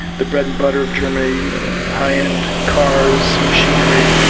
the bread and butter of germany high-end cars, machinery,